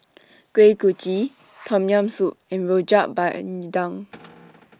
Kuih Kochi Tom Yam Soup and Rojak Bandung